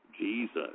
Jesus